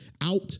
out